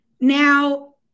Now